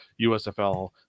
USFL